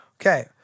Okay